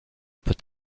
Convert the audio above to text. peut